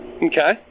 Okay